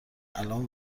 الان